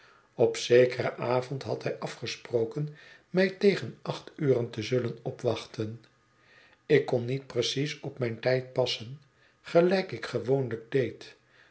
üp zekeren avond had hij afgesproken mij tegen acht uren te zullen opwachten ik kon niet precies op mijn tijd passen gelijk ik gewoonlijk deed